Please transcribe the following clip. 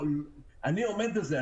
אני עומד בזה.